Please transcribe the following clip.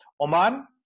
Oman